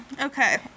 Okay